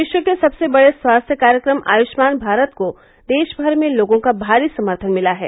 विश्व के सबसे बड़े स्वास्थ्य कार्यक्रम आयष्मान भारत को देश भर में लोगों का भारी समर्थन मिला है